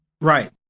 Right